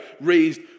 raised